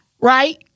Right